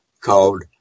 Called